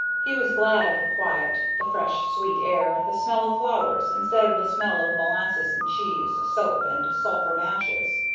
he was glad of the quiet, the fresh, sweet air, the smell of flowers instead of the smell of molasses and cheese, soap and sulphur matches.